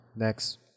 Next